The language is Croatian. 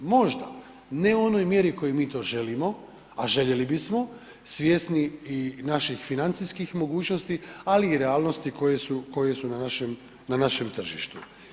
Možda, ne u onoj mjeri u kojoj mi to želimo, a željeli bismo, svjesni i naših financijskih mogućnosti, ali i realnosti koje su na našem tržištu.